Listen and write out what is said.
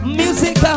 music